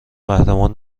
قهرمان